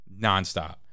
nonstop